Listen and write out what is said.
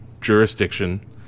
jurisdiction